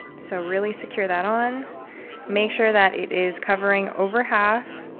so really secure that on make sure that it is covering over half.